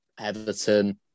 Everton